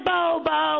Bobo